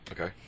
Okay